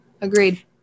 Agreed